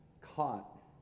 caught